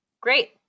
Great